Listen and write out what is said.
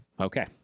Okay